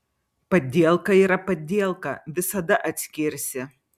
padielka yra padielka visada atskirsi